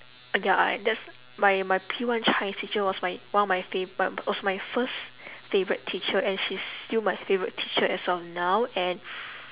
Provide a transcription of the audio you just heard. uh ya I I that's my my P one chinese teacher was my one of my fa~ bu~ was my first favourite teacher and she's still my favourite teacher as of now and